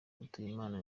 mutuyimana